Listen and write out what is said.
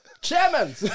chairman